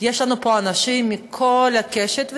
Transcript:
יש לנו פה אנשים מכל הקשת,